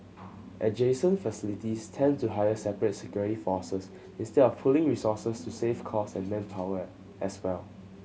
adjacent facilities tend to hire separate security forces instead of pooling resources to save costs and manpower as well